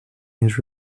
his